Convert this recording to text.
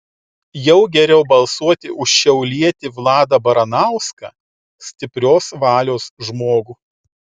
jau geriau balsuoti už šiaulietį vladą baranauską stiprios valios žmogų